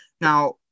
Now